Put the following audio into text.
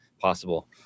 possible